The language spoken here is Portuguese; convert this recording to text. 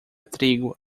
trigo